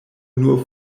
nur